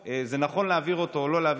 האם נכון להעביר את החוק הזה או לא,